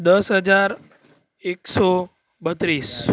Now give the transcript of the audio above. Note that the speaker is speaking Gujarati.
દસ હજાર એકસો બત્રીસ